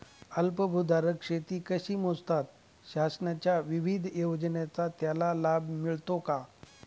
अल्पभूधारक शेती कशी मोजतात? शासनाच्या विविध योजनांचा त्याला लाभ मिळतो का?